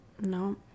No